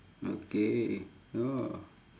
okay orh